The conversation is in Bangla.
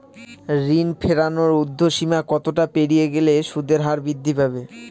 ঋণ ফেরানোর উর্ধ্বসীমা কতটা পেরিয়ে গেলে সুদের হার বৃদ্ধি পাবে?